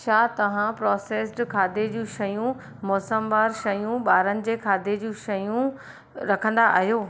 छा तव्हां प्रोसेस्ड खाधे जूं शयूं मौसमवार शयूं ॿारनि जे खाधे जूं शयूं रखंदा आहियो